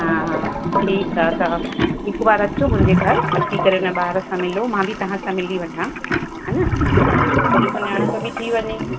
हा हा ठीकु आहे तव्हां हिकु बार अचो मुंहिंजे घरु अची करे हिन ॿार सां मिलो मां बि तव्हां सां मिली वठां हेन थोरी सुञाणप बि थी वञे